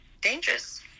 dangerous